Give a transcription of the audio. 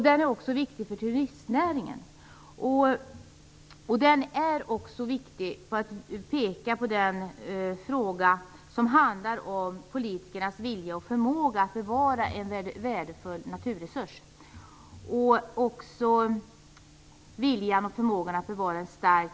Den är också viktig för turistnäringen. Låt mig också peka på vikten av politikernas vilja och förmåga att bevara en starkt hotad art som värdefull naturresurs.